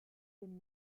dem